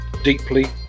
Deeply